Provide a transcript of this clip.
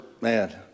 man